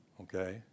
Okay